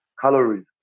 calories